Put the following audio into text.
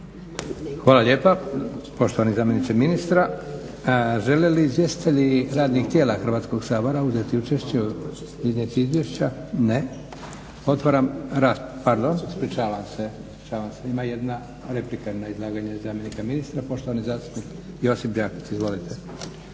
Hvala lijepa poštovani zamjeniče ministra. Žele li izvjestitelji radnih tijela Hrvatskog sabora uzeti učešće i iznijeti izvješća? Ne. Otvaram raspravu. Pardon, ispričavam se, ima jedna replika na izlaganje zamjenika ministra. Poštovani zastupnik Josip Đakić. Izvolite.